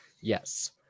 Yes